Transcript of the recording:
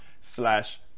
slash